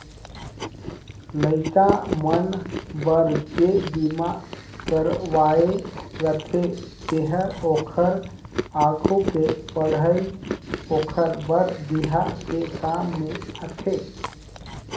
लइका मन बर जे बिमा करवाये रथें तेहर ओखर आघु के पढ़ई ओखर बर बिहा के काम में आथे